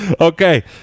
Okay